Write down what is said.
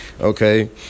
Okay